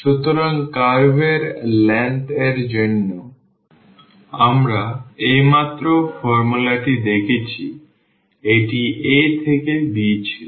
সুতরাং কার্ভ এর দৈর্ঘ্য এর জন্য আমরা এইমাত্র ফর্মুলাটি দেখেছি এটি a থেকে b ছিল